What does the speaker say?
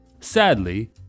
Sadly